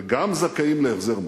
וגם זכאים להחזר מס?